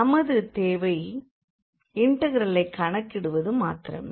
நமது தேவை இண்டெக்ரலைக் கணக்கிடுவது மாத்திரமே